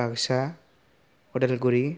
Baksa Udalguri